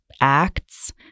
acts